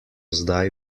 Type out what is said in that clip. zdaj